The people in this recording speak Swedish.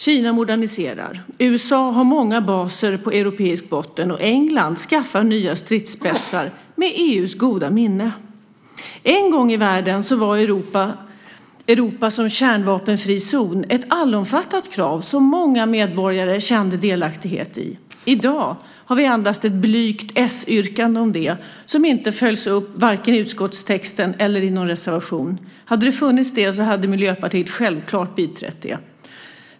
Kina moderniserar. USA har många baser på europeisk botten. England skaffar nya stridsspetsar med EU:s goda minne. En gång i tiden var Europa som kärnvapenfri zon ett allomfattat krav som många medborgare kände delaktighet i. I dag har vi endast ett blygt s-yrkande om det. Det följs inte upp i vare sig utskottstexten eller någon reservation. Om det hade gjorts hade Miljöpartiet självklart biträtt det.